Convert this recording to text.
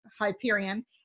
Hyperion